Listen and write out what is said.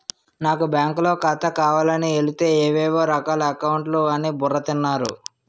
నాకు బాంకులో ఖాతా కావాలని వెలితే ఏవేవో రకాల అకౌంట్లు అని బుర్ర తిన్నారు